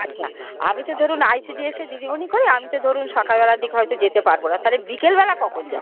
আচ্ছা আমি তো ধরুন আই সি ডি এসে দিদিমণি করি আমিতো ধরুন সকালবেলার দিকে হয়তো যেতে পারবো না তালে বিকেলবেলা কখন যাবো